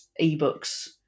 ebooks